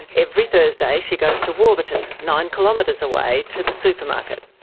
every thursday she goes to warburton, nine kilometres away, to the supermarket.